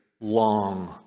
long